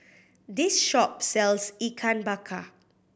this shop sells Ikan Bakar